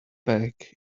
back